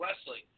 wrestling